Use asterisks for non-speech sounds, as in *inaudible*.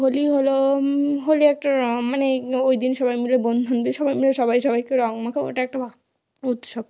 হোলি হলো হোলি একটা র মানে ওই দিন সবাই মিলে বন্ধু *unintelligible* সবাই মিলে সবাই সবাইকে রং মাখাই ওইটা একটা ভা উৎসব